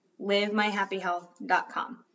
LiveMyHappyHealth.com